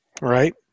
Right